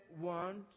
want